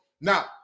Now